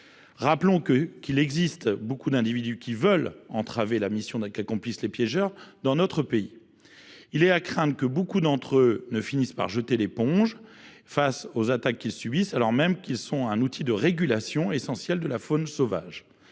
Rappelons qu’il existe beaucoup d’individus désireux d’entraver la mission qu’accomplissent les piégeurs dans notre pays. Il est à craindre que beaucoup de ces derniers ne finissent par jeter l’éponge face aux attaques qu’ils subissent, alors même qu’ils sont un outil de régulation essentiel de la faune sauvage.